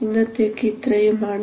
ഇന്നത്തേക്ക് ഇത്രയുമാണ്